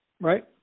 right